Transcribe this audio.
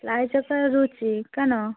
রায়চক আর লুচি কেন